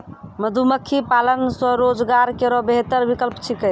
मधुमक्खी पालन स्वरोजगार केरो बेहतर विकल्प छिकै